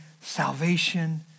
salvation